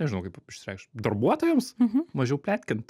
nežinau kaip išsireikšt darbuotojams mažiau pletkint